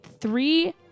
three